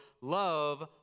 love